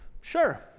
sure